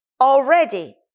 already